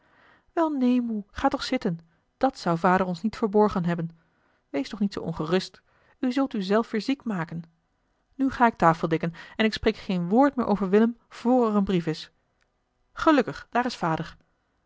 wel neen moe ga toch zitten dat zou vader ons niet verborgen hebben wees toch niet zoo ongerust u zult u zelf weer ziek maken nu ga ik tafeldekken en ik spreek geen woord meer over willem vr er een brief is gelukkig daar is vader